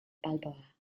balboa